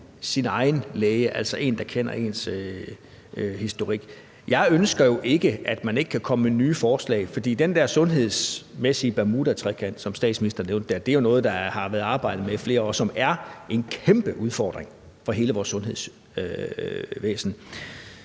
sin egen læge, altså en, der kender ens historik. Jeg ønsker jo ikke, at man ikke kan komme med nye forslag, for den der sundhedsmæssige bermudatrekant, som statsministeren nævnte, er jo noget, som har været arbejdet med i flere år, og som er en kæmpeudfordring for hele vores sundhedsvæsen.